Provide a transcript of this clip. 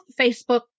Facebook